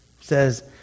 says